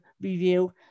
review